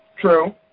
True